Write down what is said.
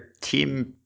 team